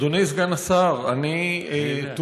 אדוני סגן השר, אני תוהה: